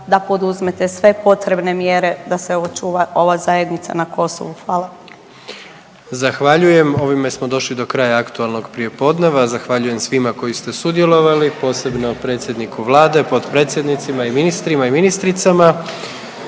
da poduzmete sve potrebne mjere da se očuva ova zajednica na Kosovu. Hvala. **Jandroković, Gordan (HDZ)** Zahvaljujem. Ovime smo došli do kraja aktualnog prijepodneva, zahvaljujem svima koji ste sudjelovali, posebno predsjedniku vlade, potpredsjednicima i ministrima i ministricama.